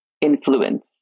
Influence